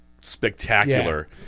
spectacular